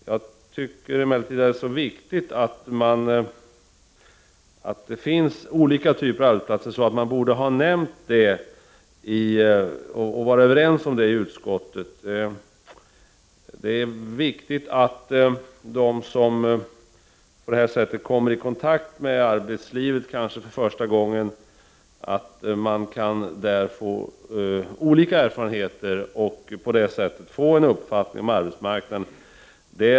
Jag tycker emellertid att det är så viktigt att det finns olika typer av arbetsplatser, att man borde ha nämnt det i utskottet och varit överens om det. Det är viktigt att de som på detta sätt kommer i kontakt med arbetslivet, kanske för första gången, kan få olika erfarenheter och få en uppfattning om arbetsmarknaden.